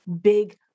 big